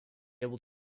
able